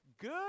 good